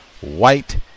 white